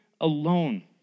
alone